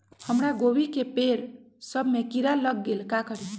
हमरा गोभी के पेड़ सब में किरा लग गेल का करी?